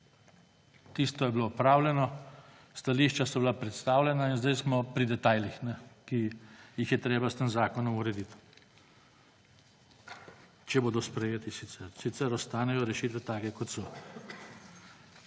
Tisto je bilo opravljeno, stališča so bila predstavljena in zdaj smo pri detajlih, ki jih je treba s tem zakonom urediti, če bodo sprejeti, sicer ostanejo rešitve takšne, kot so.